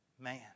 man